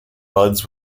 buds